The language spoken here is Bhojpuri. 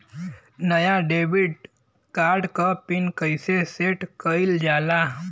नया डेबिट कार्ड क पिन कईसे सेट कईल जाला?